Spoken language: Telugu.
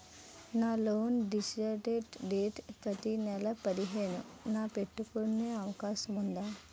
నా లోన్ డిడక్షన్ డేట్ ప్రతి నెల పదిహేను న పెట్టుకునే అవకాశం ఉందా?